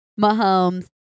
Mahomes